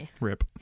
Rip